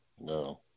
no